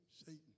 Satan